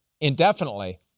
indefinitely